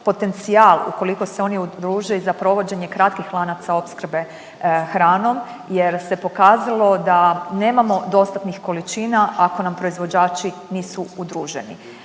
potencijal ukoliko se oni udruže i za provođenje kratkih lanaca opskrbe hranom jer se pokazalo da nemamo dostatnih količina ako nam proizvođači nisu udruženi.